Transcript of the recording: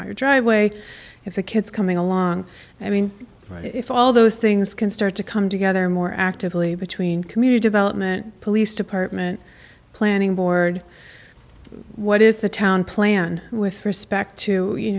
your driveway if the kids coming along i mean if all those things can start to come together more actively between commuter development police department planning board what is the town plan with respect to you